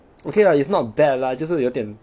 okay lah it's not bad lah 就是有点